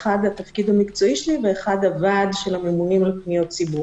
האחד בתפקיד המקצועי שלי והאחד בוועד של הממונים על פניות ציבור.